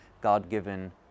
God-given